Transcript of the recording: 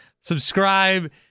Subscribe